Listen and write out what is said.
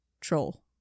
troll